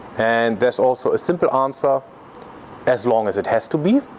and there's also a simple answer as long as it has to be,